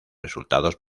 resultados